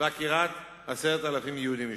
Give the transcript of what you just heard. ועקירת 10,000 יהודים משם.